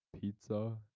pizza